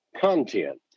content